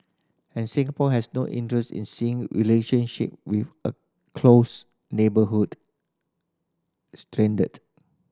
and Singapore has no interest in seeing relationship with a close neighborhood